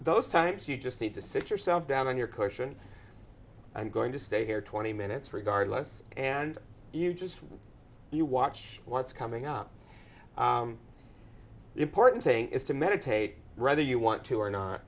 those times you just need to sit yourself down on your cushion i'm going to stay here twenty minutes regardless and you just you watch what's coming up the important thing is to meditate rather you want to or not